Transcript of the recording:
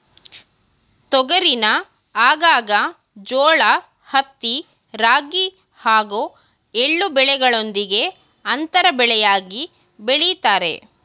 ತೊಗರಿನ ಆಗಾಗ ಜೋಳ ಹತ್ತಿ ರಾಗಿ ಹಾಗೂ ಎಳ್ಳು ಬೆಳೆಗಳೊಂದಿಗೆ ಅಂತರ ಬೆಳೆಯಾಗಿ ಬೆಳಿತಾರೆ